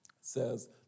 says